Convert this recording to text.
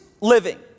living